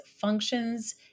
functions